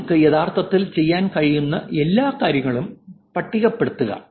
നിങ്ങൾക്ക് യഥാർത്ഥത്തിൽ ചെയ്യാൻ കഴിയുന്ന എല്ലാ കാര്യങ്ങളും പട്ടികപ്പെടുത്തുക